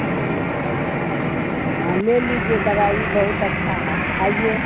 जी हाँ ले लीजिए दवाई बहुत अच्छा है आइए